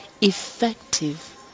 effective